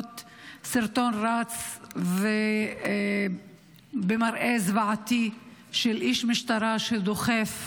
סרטון שרץ עם מראה זוועתי של איש משטרה שדוחף